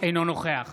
אינו נוכח